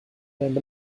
and